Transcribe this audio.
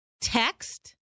text